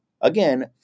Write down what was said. Again